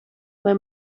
lai